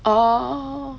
orh